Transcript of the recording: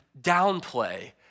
downplay